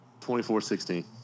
24-16